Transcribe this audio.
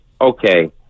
okay